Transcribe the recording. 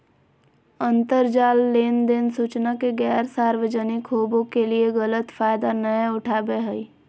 अंतरजाल लेनदेन सूचना के गैर सार्वजनिक होबो के गलत फायदा नयय उठाबैय हइ